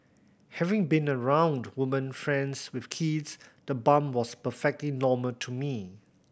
having been around women friends with kids the bump was perfectly normal to me